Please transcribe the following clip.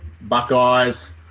Buckeyes